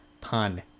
pun